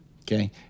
okay